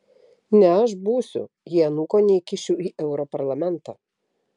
ne aš būsiu jei anūko neįkišiu į europarlamentą